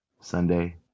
Sunday